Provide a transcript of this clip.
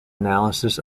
analysis